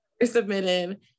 submitted